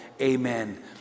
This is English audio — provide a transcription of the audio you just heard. Amen